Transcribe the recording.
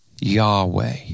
Yahweh